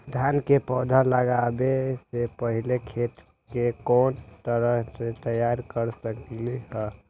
धान के पौधा लगाबे से पहिले खेत के कोन तरह से तैयार कर सकली ह?